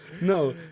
No